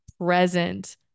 present